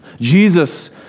Jesus